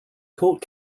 court